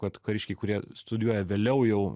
kad kariškiai kurie studijuoja vėliau jau